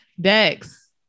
Dex